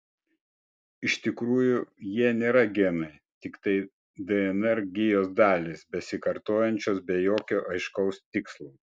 iš tikrųjų jie nėra genai tiktai dnr gijos dalys besikartojančios be jokio aiškaus tikslo